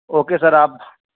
okay sir آپ